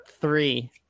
three